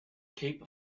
cape